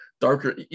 Darker